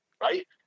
right